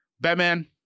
batman